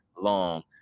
long